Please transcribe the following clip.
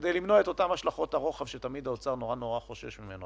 כדי למנוע את אותן השלכות הרוחב שתמיד האוצר נורא נורא חושש מהן.